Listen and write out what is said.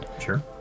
Sure